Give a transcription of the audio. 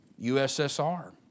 USSR